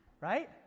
right